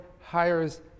hires